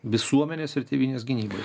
visuomenės ir tėvynės gynybai